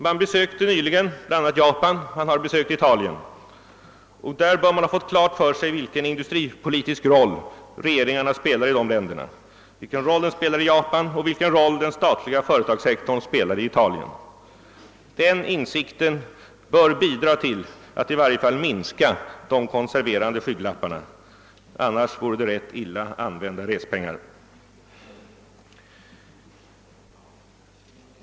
Man besökte ju nyligen Japan och man har besökt Italien och bör ha fått klart för sig vilken industripolitisk roll regeringen spelar i Japan och vilken roll den statliga företagssektorn spelar i Italien. Denna insikt bör bidra till att få bort skygglapparna och i någon mån minska den konserverande inställningen. Annars vore det illa använda respengar.